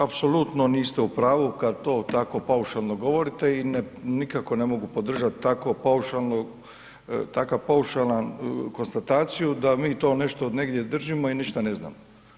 Apsolutno niste u pravu kad to tako paušalno govorite i nikako ne mogu podržati takvo paušalno, takav paušalan konstataciju, da mi to nešto negdje držimo i ništa ne znamo.